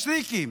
מישרקי,